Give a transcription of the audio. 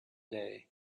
day